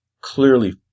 clearly